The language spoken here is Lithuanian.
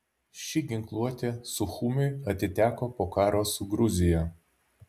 ši ginkluotė suchumiui atiteko po karo su gruzija